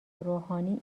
روحانی